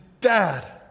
dad